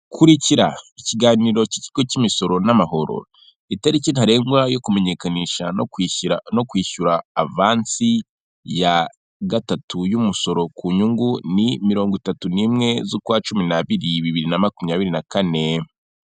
Kurikira ikiganiro cy ikigo cy'imisoro n'amahoro, itariki ntarengwa yo kumenyekanisha no kwishyura avansi ya gatatu y'umusoro ku nyungu ni mirongo itatu n'imwe z'ukwacumi n'abiri bibiri na makumyabiri na kane.